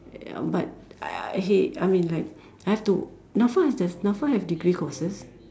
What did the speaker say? ya but I he I mean like have to Nafa does Nafa have degree courses